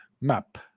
Map